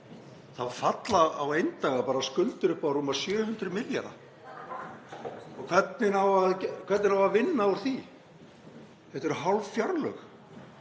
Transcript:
þá falla á eindaga skuldir upp á rúma 700 milljarða. Og hvernig á að vinna úr því? Þetta eru hálf fjárlög.